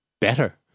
better